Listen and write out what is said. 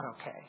okay